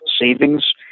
savings